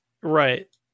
Right